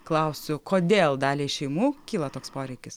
klausiu kodėl daliai šeimų kyla toks poreikis